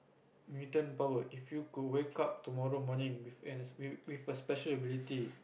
Newton power if you could wake up tomorrow morning with an with a special ability